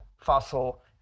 fossil